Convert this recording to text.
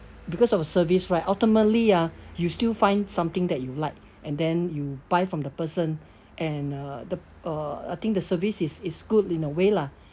because of service right ultimately ah you still find something that you like and then you buy from the person and uh the uh I think the service is is good in a way lah